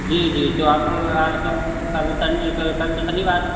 जी जी तो आप तो आप अभी शनी कल तो शनिवार है